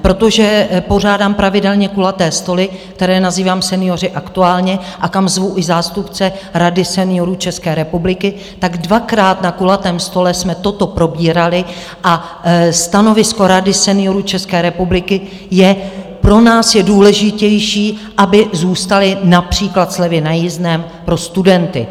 Protože pořádám pravidelně kulaté stoly, které nazývám Senioři aktuálně a kam zvu i zástupce Rady seniorů České republiky, dvakrát na kulatém stole jsme toto probírali a stanovisko Rady seniorů České republiky je: Pro nás je důležitější, aby zůstaly například slevy na jízdném pro studenty.